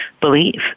believe